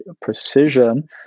precision